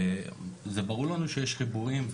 זה ברור לנו שיש חיבורים,